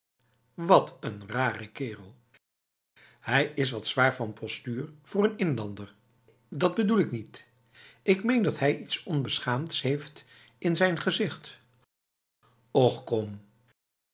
wat n rare keref hij is wat zwaar van postuur voor een inlander dat bedoel ik niet ik meen dat hij iets onbeschaamds heeft in zijn gezicht och kom